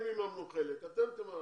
הם יממנו חלק ואתם תממנו חלק.